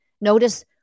Notice